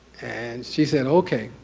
and she said, okay.